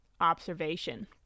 observation